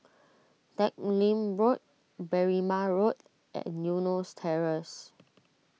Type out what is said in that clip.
Teck Lim Road Berrima Road and Eunos Terrace